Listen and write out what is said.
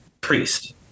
Priest